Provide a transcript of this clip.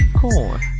Corn